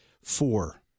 four